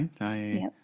right